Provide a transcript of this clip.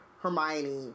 Hermione